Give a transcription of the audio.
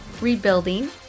rebuilding